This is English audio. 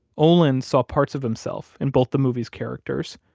olin saw parts of himself in both the movie's characters,